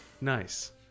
Nice